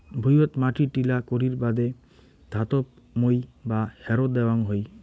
ভুঁইয়ত মাটি ঢিলা করির বাদে ধাতব মই বা হ্যারো দ্যাওয়াং হই